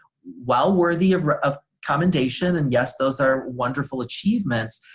while worthy of of commendation, and yes those are wonderful achievements,